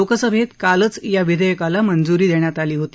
लोकसभेत काल या विधेयकाला मंजूरी देण्यात आली होती